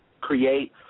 create